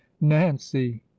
nancy